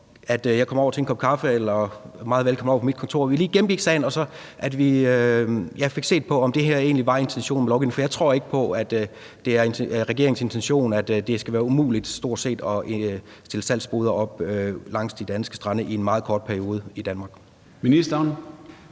jeg kommer over til en kop kaffe eller ministeren kommer over på mit kontor, så vi lige gennemgik sagen og fik set på, om det her egentlig var intentionen med lovgivningen. For jeg tror ikke på, at det er regeringens intention, at det stort set skal være umuligt at stille salgsboder op langs de danske strande i en meget kort periode i Danmark. Kl.